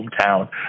hometown